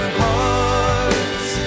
hearts